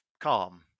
calm